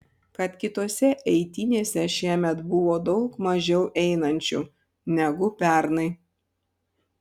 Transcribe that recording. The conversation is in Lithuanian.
kad kitose eitynėse šiemet buvo daug mažiau einančių negu pernai